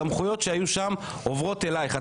הסמכויות שהיו שם עוברות אלייך.